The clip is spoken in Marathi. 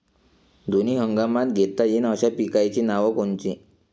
दोनी हंगामात घेता येईन अशा पिकाइची नावं कोनची?